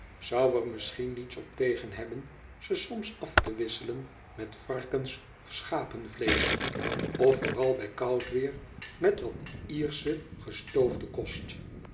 zou er misschien niets op tegen hebben ze soms af te wisselen met varkens of schap en vleesch of vooral bij koud weer met wat ierschen gestoofden kost